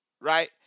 Right